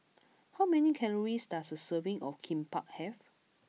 how many calories does a serving of Kimbap have